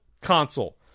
console